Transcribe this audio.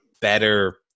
better